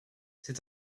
c’est